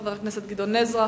חבר הכנסת גדעון עזרא,